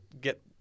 get